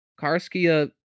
Karskia